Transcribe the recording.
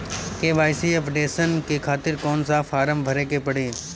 KYC updation के खातिर कौन सा फारम भरे के पड़ी?